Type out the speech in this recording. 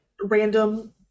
random